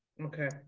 Okay